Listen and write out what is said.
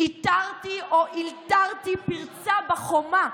"איתרתי, או אלתרתי, פרצה בחומה",